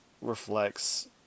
reflects